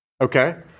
Okay